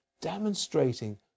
demonstrating